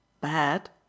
Bad